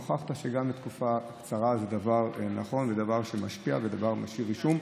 הוכחת שגם לתקופה קצרה זה דבר נכון ודבר שמשפיע ודבר משאיר רישום.